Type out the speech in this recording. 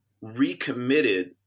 recommitted